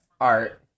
art